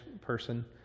person